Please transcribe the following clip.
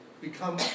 become